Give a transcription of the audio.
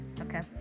Okay